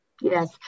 Yes